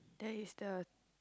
that is the